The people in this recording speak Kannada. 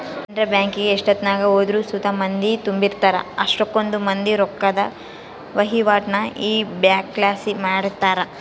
ಕೆನರಾ ಬ್ಯಾಂಕಿಗೆ ಎಷ್ಟೆತ್ನಾಗ ಹೋದ್ರು ಸುತ ಮಂದಿ ತುಂಬಿರ್ತಾರ, ಅಷ್ಟಕೊಂದ್ ಮಂದಿ ರೊಕ್ಕುದ್ ವಹಿವಾಟನ್ನ ಈ ಬ್ಯಂಕ್ಲಾಸಿ ಮಾಡ್ತಾರ